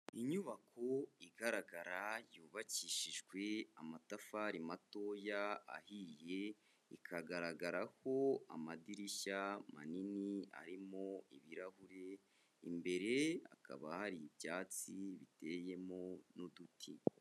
Inyubako igaragara yubakishijwe amatafari matoya ahiye, Ikagaragaraho amadirishya, manini arimo ibirahure. Imbere hakaba hari ibyatsi biteyemo n'uduti.